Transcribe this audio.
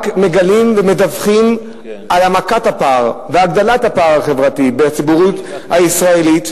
רק מגלים ומדווחים על העמקת הפער והגדלת הפער החברתי בציבור הישראלי.